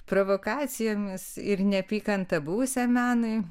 provokacijomis ir neapykanta buvusiam menui